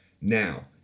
Now